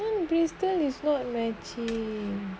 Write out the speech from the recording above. oh bristol is very cheap